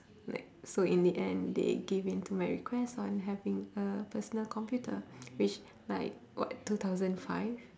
like so in the end they give in to my request on having a personal computer which like what two thousand five